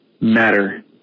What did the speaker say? matter